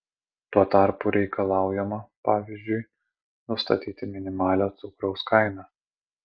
tuo tarpu reikalaujama pavyzdžiui nustatyti minimalią cukraus kainą